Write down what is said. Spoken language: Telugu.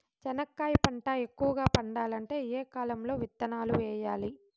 చెనక్కాయ పంట ఎక్కువగా పండాలంటే ఏ కాలము లో విత్తనాలు వేయాలి?